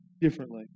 differently